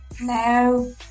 No